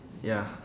ya